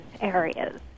areas